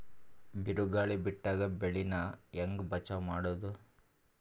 ಬಿರುಗಾಳಿ ಬಿಟ್ಟಾಗ ಬೆಳಿ ನಾ ಹೆಂಗ ಬಚಾವ್ ಮಾಡೊದು?